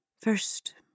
First